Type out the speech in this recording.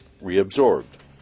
reabsorbed